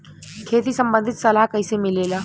खेती संबंधित सलाह कैसे मिलेला?